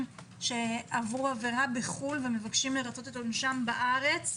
שעברו עבירה בחו"ל ומבקשים לרצות את עונשם בארץ,